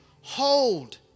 hold